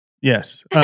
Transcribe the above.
Yes